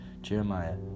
Jeremiah